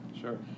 Sure